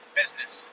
business